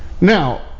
Now